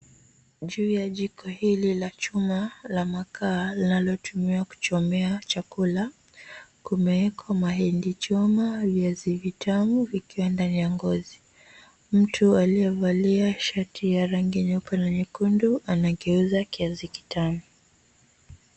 Juu ya jiko hili la chuma la makaa, linatumiwa kuchomea chakula. Kunako mahindi choma, viazi vitamu vikiwa ndani ya ngozi. Mtu aliyevalia shati la rangi ya nyeupe na nyekundu anageuza kiazi kitamu.